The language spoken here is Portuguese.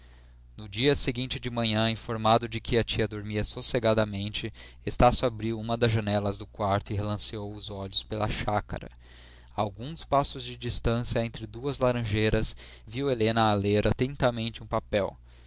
no dia seguinte de manhã informado de que a tia dormia sossegadamente estácio abriu uma das janelas do quarto e relanceou os olhos pela chácara a alguns passos de distância entre duas laranjeiras viu helena a ler atentamente um papel